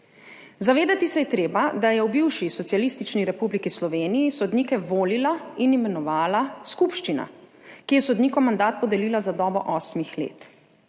Zavedati se je treba, da je v bivši Socialistični republiki Sloveniji sodnike volila in imenovala skupščina, ki je sodnikom mandat podelila za dobo osmih let.